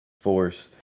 force